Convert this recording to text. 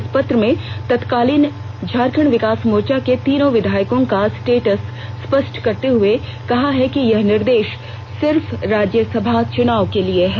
इस पत्र में तत्कालीन झारखंड विकास मोर्चा के तीनों विधायकों का स्टेट्स स्पष्ट करते हुए कहा है कि यह निर्देश सिर्फ राज्यसभा चुनाव के लिए है